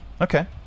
Okay